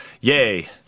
yay